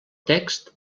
text